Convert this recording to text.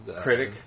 critic